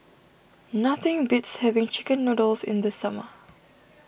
nothing beats having Chicken Noodles in the summer